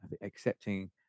Accepting